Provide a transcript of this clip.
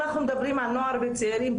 אם אנחנו מדברים על נוער וצעירים,